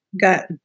got